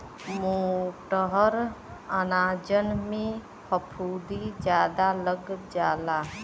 मोटहर अनाजन में फफूंदी जादा लग जाला